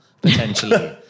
potentially